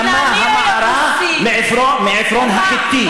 קנה את המערה מעפרון החיתי.